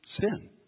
Sin